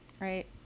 right